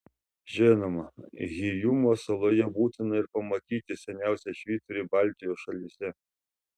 žinoma hyjumos saloje būtina ir pamatyti seniausią švyturį baltijos šalyse